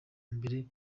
mbere